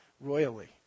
royally